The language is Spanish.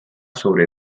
sobre